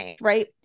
right